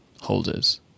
holders